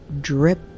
drip